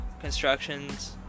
constructions